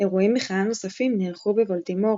אירועי מחאה נוספים נערכו בבולטימור,